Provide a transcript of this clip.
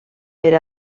per